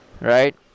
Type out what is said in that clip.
right